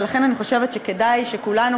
ולכן אני חושבת שכדאי שכולנו,